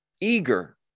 eager